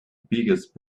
biggest